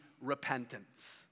repentance